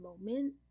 moment